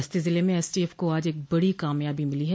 बस्ती जिले में एसटीएफ को आज एक बड़ी कामयाबी मिली है